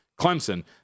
Clemson